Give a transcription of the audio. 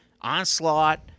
Onslaught